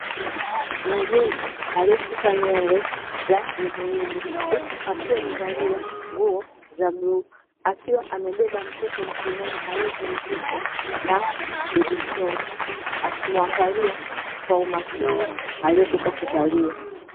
Muuguzi aliesuka nywele za yeboyebo, huku akiwa amevalia nguo za bluu akiwa mebeba mtoto mkononi alieviringishwa na bebishoo, akimuangalia kwa umakini aliotoka kuzaliwa.